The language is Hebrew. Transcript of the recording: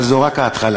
אבל זו רק ההתחלה.